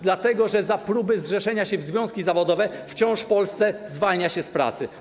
Dlatego że za próby zrzeszenia się w związki zawodowe wciąż w Polsce zwalnia się z pracy.